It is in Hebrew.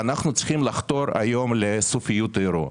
אנחנו צריכים לחתור היום לסופיות האירוע.